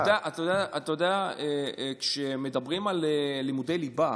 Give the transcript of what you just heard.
אתה יודע, כשמדברים על לימודי ליבה,